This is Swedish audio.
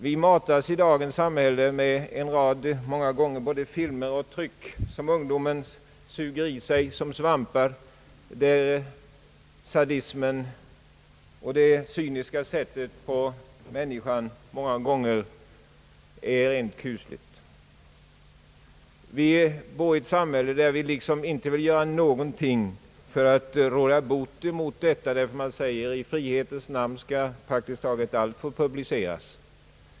Vi matas i dagens samhälle med en rad filmer och tryck som ungdomen suger i sig som svampar, och dessa fil mer och detta tryck visar många gånger prov på sadism och ett cyniskt betraktelsesätt när det gäller människan som är rent kusligt. Vi bor i ett samhälle där vi inte vill göra någonting för att råda bot mot detta. Man säger att i frihetens namn skall praktiskt taget allt få publiceras.